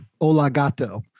olagato